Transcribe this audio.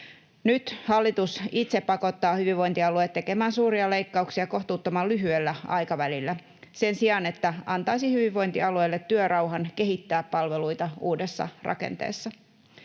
Nyt hallitus itse pakottaa hyvinvointialueet tekemään suuria leikkauksia kohtuuttoman lyhyellä aikavälillä sen sijaan, että antaisi hyvinvointialueille työrauhan kehittää palveluita uudessa rakenteessa.